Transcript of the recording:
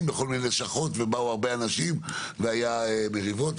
בכל מיני לשכות ובאו הרבה אנשים והיו מריבות.